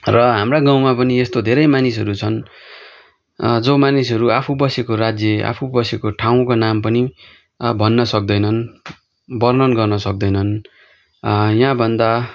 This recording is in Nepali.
र हाम्रा गाउँमा पनि यस्तो धेरै मानिसहरू छन् जो मानिसहरू आफू बसेको राज्य आफू बसेको ठाउँको नाम पनि भन्न सक्दैनन् वर्णन गर्न सक्दैनन् यहाँ भन्दा